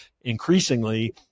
increasingly